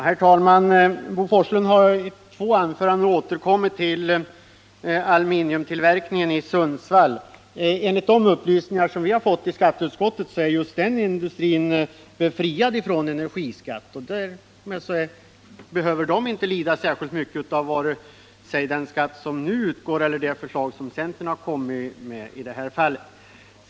Herr talman! Bo Forslund har i två anföranden återkommit till aluminiumtillverkningen i Sundsvall. Enligt de upplysningar som vi har fått i skatteutskottet är just den industrin befriad från energiskatt. Därför behöver den industrin inte lida särskilt mycket av vare sig den skatt som nu utgår eller den skatt som centern har föreslagit i det här fallet.